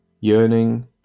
yearning